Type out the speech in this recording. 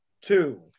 Two